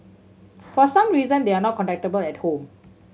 for some reason they are not contactable at home